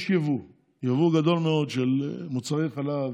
יש יבוא, יבוא גדול מאוד של מוצרי חלב,